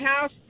house